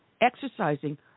exercising